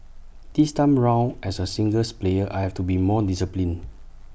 this time round as A singles player I have to be more disciplined